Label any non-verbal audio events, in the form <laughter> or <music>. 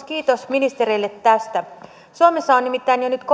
<unintelligible> kiitos ministereille tästä mutta arvoisa puhemies suomessa on jo nyt